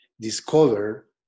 discover